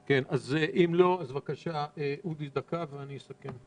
אז עוזי ידבר דקה ואז אני אסכם.